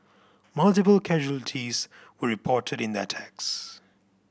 multiple casualties were reported in the attacks